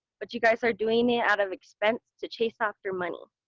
but you guys are doing it out of expense, to chase after money.